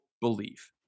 believe